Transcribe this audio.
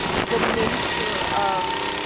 ah the nature of